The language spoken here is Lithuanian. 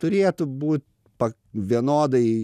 turėtų būt pa vienodai